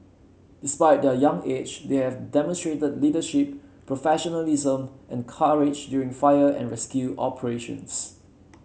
despite their young age they have demonstrated leadership professionalism and courage during fire and rescue operations